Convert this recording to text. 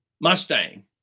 Mustang